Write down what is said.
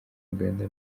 uganda